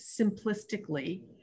simplistically